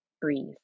breathe